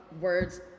words